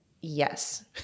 Yes